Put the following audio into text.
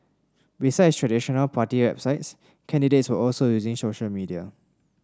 besides traditional party websites candidates were also using social media